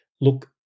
look